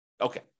okay